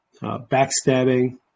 backstabbing